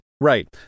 Right